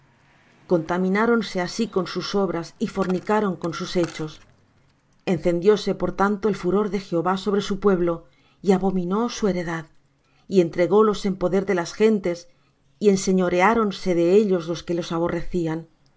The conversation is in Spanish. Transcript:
sangre contamináronse así con sus obras y fornicaron con sus hechos encendióse por tanto el furor de jehová sobre su pueblo y abominó su heredad y entrególos en poder de las gentes y enseñoreáronse de ellos los que los aborrecían